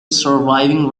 surviving